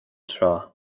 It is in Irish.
tráth